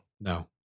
No